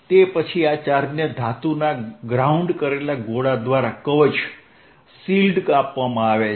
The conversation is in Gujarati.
તે પછી આ ચાર્જને ધાતુના ગ્રાઉન્ડ કરેલા ગોળા દ્વારા કવચ આપવામાં આવે છે